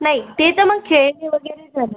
नाही ते तर मग खेळणे वगैरे झाले